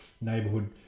neighborhood